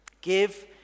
Give